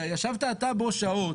שאתה ישבת בו שעות,